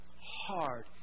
Hard